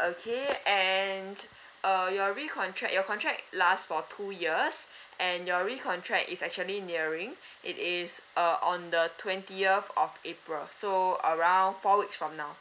okay and uh your recontract your contract last for two years and your recontract is actually nearing it is uh on the twentieth of april so around four weeks from now